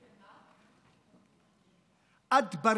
דיסטל, מה?